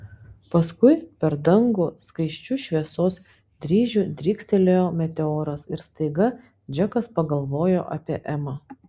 paskui per dangų skaisčiu šviesos dryžiu drykstelėjo meteoras ir staiga džekas pagalvojo apie emą